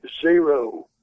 zero